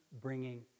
bringing